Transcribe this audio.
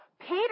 Peter